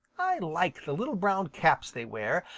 i like the little brown caps they wear,